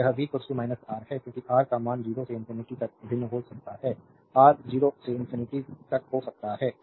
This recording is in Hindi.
तो यह v R है क्योंकि R का मान 0 से इंफिनिटी तक भिन्न हो सकता है R 0 से इंफिनिटी तक हो सकता है